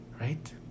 right